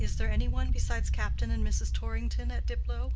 is there any one besides captain and mrs. torrington at diplow